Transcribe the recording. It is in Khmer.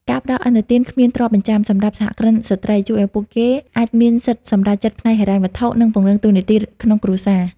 ការផ្ដល់ "ឥណទានគ្មានទ្រព្យបញ្ចាំ" សម្រាប់សហគ្រិនស្រ្តី ជួយឱ្យពួកគេអាចមានសិទ្ធិសម្រេចចិត្តផ្នែកហិរញ្ញវត្ថុ និងពង្រឹងតួនាទីក្នុងគ្រួសារ។